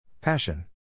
Passion